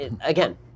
again